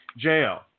JL